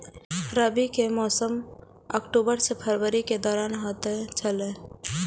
रबी के मौसम अक्टूबर से फरवरी के दौरान होतय छला